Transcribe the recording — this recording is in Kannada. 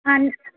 ಹಾಂ